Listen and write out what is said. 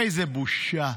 איזו בושה.